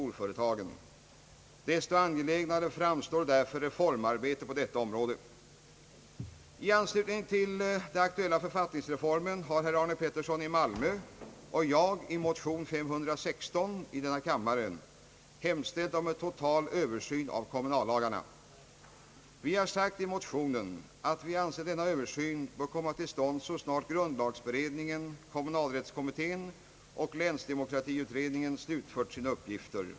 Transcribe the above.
Desto angelägnare framstår därför reformarbetet på detta område. I anslutning till den aktuella författningsreformen har herr Arne Pettersson i Malmö och jag i motion nr 516 i denna kammaren hemställt om en total översyn av kommunallagarna. Vi har sagt i motionen, att vi anser att denna översyn bör komma till stånd så snart grundlagberedningen, kommu nalrättskommittén och länsdemokratiutredningen slutfört sina uppgifter.